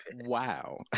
wow